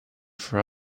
for